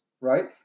right